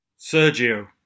Sergio